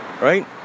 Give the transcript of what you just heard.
right